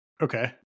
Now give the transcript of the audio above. okay